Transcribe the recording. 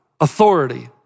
authority